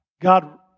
God